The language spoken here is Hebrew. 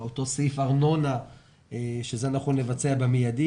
אותו סעיף ארנונה ואנחנו נבצע את זה במיידי